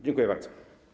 Dziękuję bardzo.